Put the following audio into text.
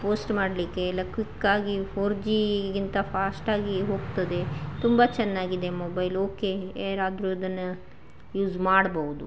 post ಮಾಡಲಿಕ್ಕೆ ಎಲ್ಲ quick ಆಗಿ ಫೋರ್ ಜಿಗಿಂತ ಫಾಸ್ಟ್ ಆಗಿ ಹೋಗ್ತದೆ ತುಂಬಾ ಚೆನ್ನಾಗಿದೆ ಮೊಬೈಲ್ ಓಕೆ ಯಾರಾದರು ಇದನ್ನು ಯೂಸ್ ಮಾಡ್ಬೋದು